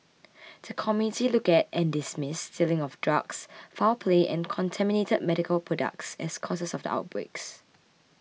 the committee looked at and dismissed stealing of drugs foul play and contaminated medical products as causes of the outbreaks